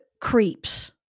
creeps